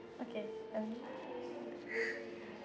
okay uh